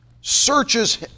searches